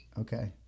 Okay